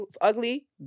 ugly